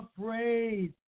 afraid